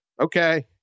Okay